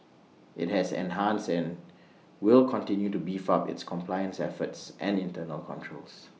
IT has enhanced and will continue to beef up its compliance efforts and internal controls